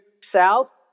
South